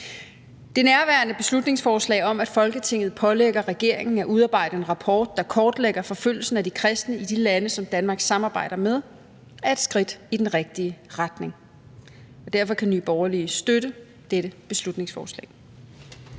Det nærværende beslutningsforslag om, at Folketinget pålægger regeringen at udarbejde en rapport, der kortlægger forfølgelsen af de kristne i de lande, som Danmark samarbejder med, er et skridt i den rigtige retning. Og derfor kan Nye Borgerlige støtte dette beslutningsforslag.